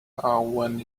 when